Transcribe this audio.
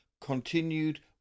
continued